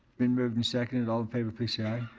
been moved and seconded. all in favor, please say i.